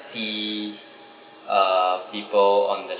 see uh people on the